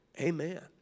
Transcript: Amen